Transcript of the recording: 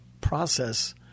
process